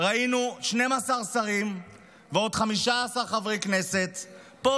ראינו 12 שרים ועוד 15 חברי כנסת פה,